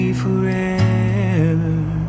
forever